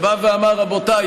בא ואמר: רבותיי,